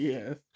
Yes